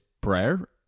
prayer